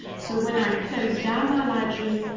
so when i close down my lightroom,